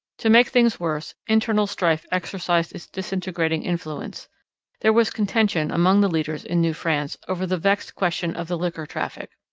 to make things worse, internal strife exercised its disintegrating influence there was contention among the leaders in new france over the vexed question of the liquor traffic.